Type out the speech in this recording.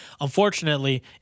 Unfortunately